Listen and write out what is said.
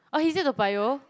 oh he stay Toa-Payoh